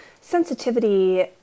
Sensitivity